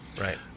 right